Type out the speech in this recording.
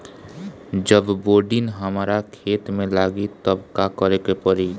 जब बोडिन हमारा खेत मे लागी तब का करे परी?